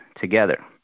together